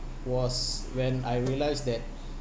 was when I realised that